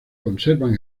conservan